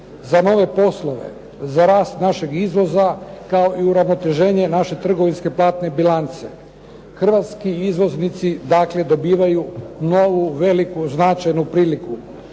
za nove poslove, za rast našeg izvoza kao i uravnoteženje naše trgovinske platne bilance. Hrvatski izvoznici dakle dobivaju novu veliku značajnu priliku.